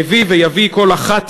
מביא ויביא כל אחת,